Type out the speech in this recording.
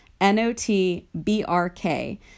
N-O-T-B-R-K